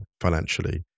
financially